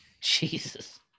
Jesus